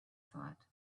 thought